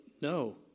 no